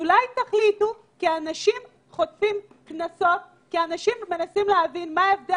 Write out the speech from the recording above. אולי תחליטו - כי אנשים חוטפים קנסות ואנשים מנסים להבין מה ההבדל